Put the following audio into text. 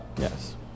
Yes